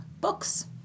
books